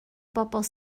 bobl